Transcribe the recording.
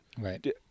Right